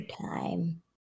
time